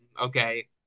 okay